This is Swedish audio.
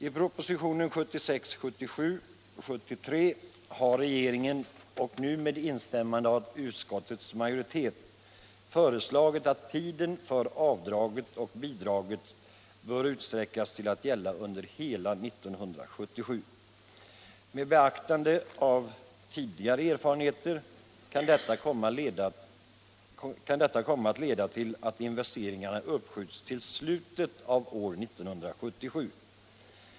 I propositionen 1976/77:73 har regeringen — och nu med instämmande av utskottets majoritet — föreslagit att tiden för avdraget och bidraget utsträcks till att gälla hela året 1977. Med beaktande av tidigare erfarenheter kan detta komma att leda till att investeringarna uppskjuts till slutet av år 1977.